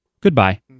goodbye